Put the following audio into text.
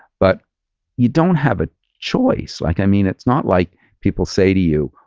but you don't have a choice. like i mean it's not like people say to you,